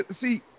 see